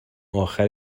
اخر